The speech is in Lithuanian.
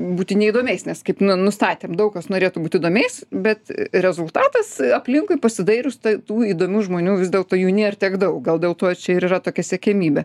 būti neįdomiais nes kaip nu nustatėm daug kas norėtų būt įdomiais bet rezultatas aplinkui pasidairius tai tų įdomių žmonių vis dėlto jų nėr tiek daug gal dėl to čia ir yra tokia siekiamybė